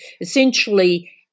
essentially